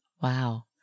Wow